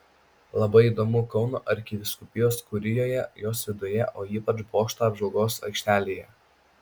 labai įdomu kauno arkivyskupijos kurijoje jos viduje o ypač bokšto apžvalgos aikštelėje